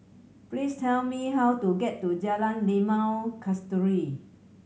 please tell me how to get to Jalan Limau Kasturi